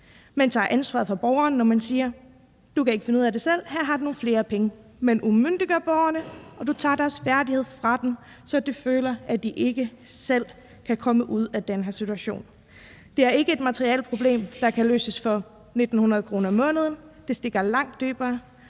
Man tager ansvaret fra borgerne, når man siger: Du kan ikke finde ud af det selv, her har du nogle flere penge. Man umyndiggør borgerne, og man tager deres færdigheder fra dem, så de føler, at de ikke selv kan komme ud af den her situation. Det er ikke et materielt problem, der kan løses for 1.900 kr. om måneden, det stikker langt dybere,